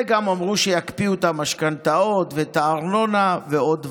גם אמרו שיקפיאו את המשכנתאות ואת הארנונה ועוד ועוד.